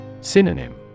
Synonym